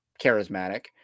charismatic